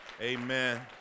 Amen